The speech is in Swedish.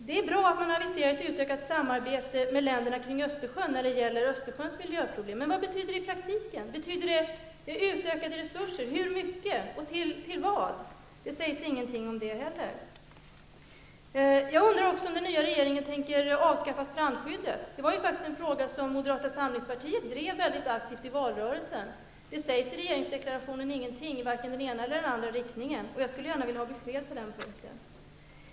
Det är bra att man aviserar ett utökat samarbete med länderna kring Östersjön när det gäller Östersjöns miljöproblem. Men vad betyder det i praktiken? Betyder det ökade resurser? Med hur mycket och till vad? Det sägs ingenting om det heller. Jag undrar också om den nya regeringen tänker avskaffa strandskyddet. Det var faktiskt en fråga som moderata samlingspartiet drev mycket aktivt i valrörelsen. Det sägs i regeringsdeklarationen ingenting om detta, varken i den ena eller den andra riktningen. Jag skulle gärna vilja ha besked på den punkten.